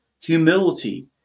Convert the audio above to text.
humility